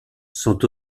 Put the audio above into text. sont